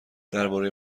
درباره